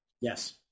Yes